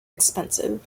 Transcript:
expensive